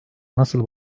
nasıl